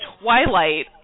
Twilight